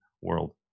world